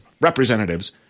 representatives